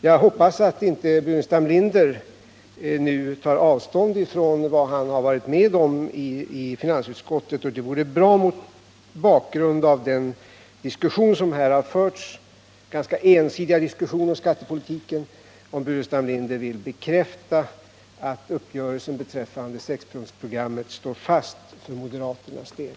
Jag hoppas att Staffan Burenstam Linder inte nu tar avstånd från vad han har varit med om att skriva i finansutskottet. Mot bakgrund av den ganska ensidiga diskussion som har förts här om skattepolitiken vore det bra om Staffan Burenstam Linder ville bekräfta att uppgörelsen beträffande sexpunktsprogrammet står fast för moderaternas del.